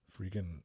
Freaking